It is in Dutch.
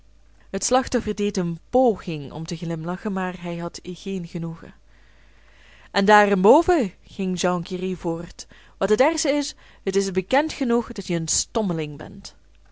het slachtoffer deed een poging om te glimlachen maar hij had geen genoegen en daarenboven ging jean qui rit voort wat het ergste is het is bekend genoeg dat je een stommeling bent